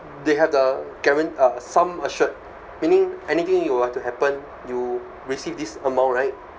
they had the guaran~ uh sum assured meaning anything you were to happen you receive this amount right